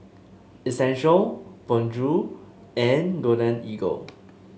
Essential Bonjour and Golden Eagle